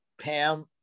Pam